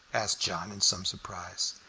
asked john, in some surprise.